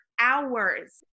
hours